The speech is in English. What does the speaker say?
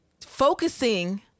focusing